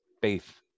faith